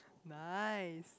nice